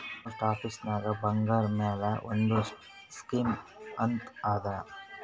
post ಆಫೀಸ್ನಾಗ್ ಬಂಗಾರ್ ಮ್ಯಾಲ ಒಂದ್ ಸ್ಕೀಮ್ ಅಂತ್ ಅದಾ